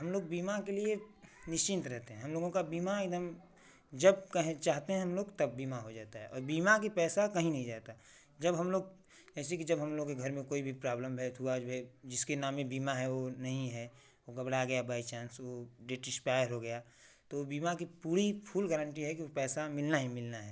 हम लोग बीमा के लिए निश्चिंत रहते हैं हम लोग का बीमा एकदम जब कहें चाहते हैं हम लोग तब बीमा हो जाता है और बीमा के पैसा कहीं नहीं जाता है जब हम लोग जैसे कि जब हम लोग के घर में कोई भी प्रॉब्लम हुआ जिसके नाम पे बीमा है वो नहीं है वो गड़बड़ा गया बाय चांस वो डेट एक्सपायर हो गया तो वो बीमा की पूरी फुल गारेंटी है कि वो पैसा मिलना ही मिलना है